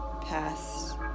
past